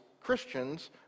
Christians